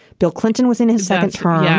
bill clinton was in his second term. yeah